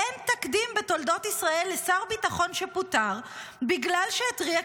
אין תקדים בתולדות ישראל לשר ביטחון שפוטר בגלל שהתריע,